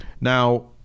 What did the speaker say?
Now